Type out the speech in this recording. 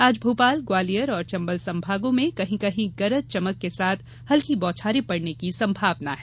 आज भोपाल ग्वालियर और चंबल संभागों के जिलों में कहीं कहीं गरज चमक के साथ हल्की बौछारें पड़ने की संभावना है